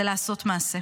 זה לעשות מעשה.